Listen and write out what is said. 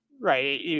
right